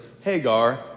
Hagar